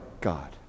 God